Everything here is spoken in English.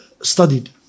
studied